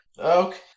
Okay